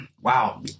Wow